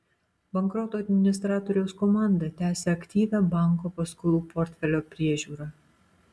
bankroto administratoriaus komanda tęsia aktyvią banko paskolų portfelio priežiūrą